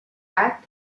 bat